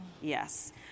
Yes